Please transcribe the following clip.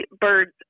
birds